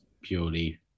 purely